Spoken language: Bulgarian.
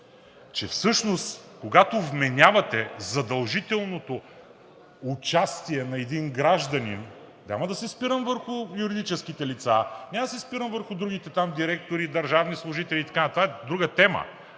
че всъщност, когато вменявате задължителното участие на един гражданин – няма да се спирам върху юридическите лица, няма да се спирам върху другите там директори, държавни служители и така нататък, това е друга тема.